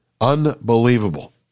Unbelievable